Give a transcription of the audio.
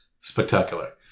spectacular